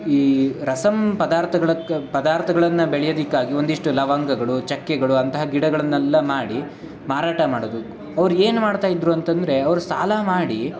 ಈ ರಸಮ್ ಪದಾರ್ಥಗಳಕ್ಕ ಪದಾರ್ಥಗಳನ್ನು ಬೆಳ್ಯೋದಕ್ಕಾಗಿ ಒಂದಷ್ಟು ಲವಂಗಗಳು ಚಕ್ಕೆಗಳು ಅಂತಹ ಗಿಡಗಳನ್ನೆಲ್ಲ ಮಾಡಿ ಮಾರಾಟ ಮಾಡೋದು ಅವ್ರು ಏನು ಮಾಡ್ತಾ ಇದ್ದರು ಅಂತಂದರೆ ಅವ್ರು ಸಾಲ ಮಾಡಿ